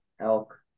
elk